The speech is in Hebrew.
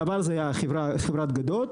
בעבד זה היה חברת גדות.